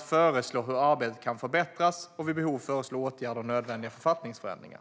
föreslå hur arbetet kan förbättras samt vid behov föreslå åtgärder och nödvändiga författningsändringar.